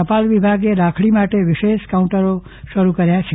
ટપાલ વિભાગે રાખડી માટે વિશેષ કાઉન્ટરો શરૂ કર્યા છે